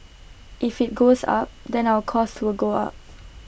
if IT goes up then our cost will go up